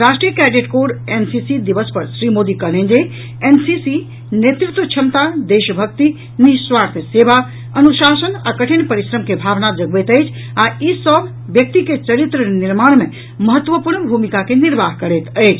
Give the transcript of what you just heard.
राष्ट्रीय cadet corps NCC दिवस पर श्री मोदी कहलनि जे एनसीसी नेतृत्व क्षमता देशभक्ति निःस्वार्थ सेवा अनुशासन आ कठिन परिश्रम के भावना जगबैत अछि आ ई सभ व्यक्ति के चरित्र निर्माण मे महत्वपूर्ण भूमिका के निर्वाह करैत अछि